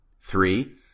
Three